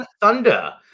Thunder